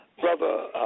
brother